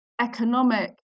economic